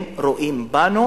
הם רואים בנו